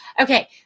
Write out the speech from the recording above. Okay